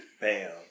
Bam